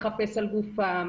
לחפש על גופם.